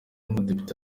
umudepite